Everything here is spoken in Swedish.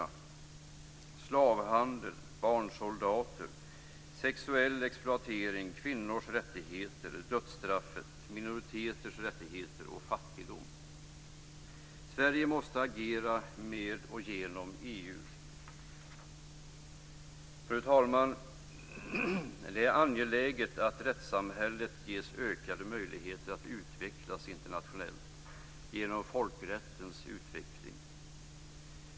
Det gäller slavhandel, barnsoldater, sexuell exploatering, kvinnors rättigheter, dödsstraffet, minoriteters rättigheter och fattigdom. Sverige måste agera med och genom EU. Fru talman! Det är angeläget att rättssamhället ges ökade möjligheter att utvecklas internationellt genom folkrättens utveckling.